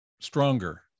stronger